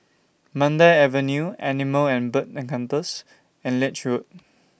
Mandai Avenue Animal and Bird Encounters and Lange Road